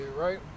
right